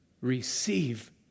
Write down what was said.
receive